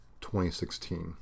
2016